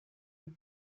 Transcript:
have